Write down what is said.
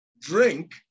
drink